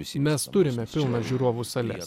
mes turime pilnas žiūrovų sales